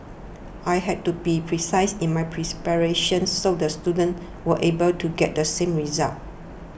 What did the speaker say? I have to be precise in my preparations so the students were able to get the same results